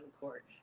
court